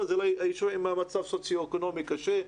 הם היישובים במצב סוצי-אקונומי קשה,